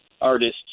artists